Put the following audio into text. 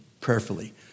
prayerfully